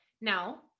Now